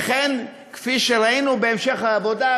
כפי שראינו בהמשך העבודה,